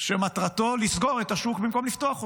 שמטרתו לסגור את השוק במקום לפתוח אותו.